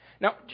Now